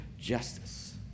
justice